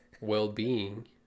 well-being